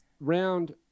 round